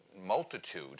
multitude